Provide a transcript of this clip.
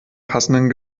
passenden